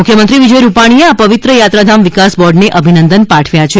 મુખ્યમંત્રી વિજય રૂપાણીએ આ પવિત્ર યાત્રાધામ વિકાસ બોર્ડને અભિનંદન પાઠવ્યા છે